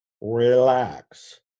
relax